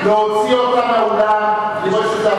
אני קורא אותך לסדר פעם שלישית.